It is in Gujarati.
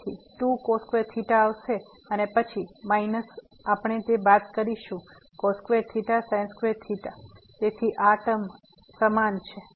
તેથી 2 આવશે અને પછી માઈનસ આપણે તે બાદ કરીશું તેથી આ ટર્મ આ ટર્મ સમાન છે